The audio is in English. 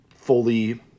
fully